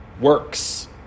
works